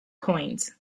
coins